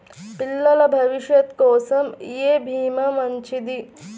పిల్లల భవిష్యత్ కోసం ఏ భీమా మంచిది?